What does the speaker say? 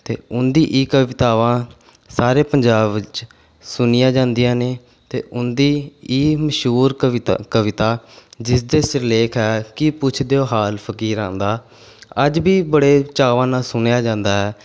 ਅਤੇ ਉਹਨਾਂ ਦੀ ਇਹ ਕਵਿਤਾਵਾਂ ਸਾਰੇ ਪੰਜਾਬ ਵਿੱਚ ਸੁਣੀਆਂ ਜਾਂਦੀਆਂ ਨੇ ਅਤੇ ਉਹਨਾਂ ਦੀ ਇਹ ਮਸ਼ਹੂਰ ਕਵਿਤਾ ਕਵਿਤਾ ਜਿਸ ਦੇ ਸਿਰਲੇਖ ਹੈ ਕੀ ਪੁੱਛਦੇ ਹੋ ਹਾਲ ਫਕੀਰਾਂ ਦਾ ਅੱਜ ਵੀ ਬੜੇ ਚਾਵਾਂ ਨਾਲ਼ ਸੁਣਿਆ ਜਾਂਦਾ ਹੈ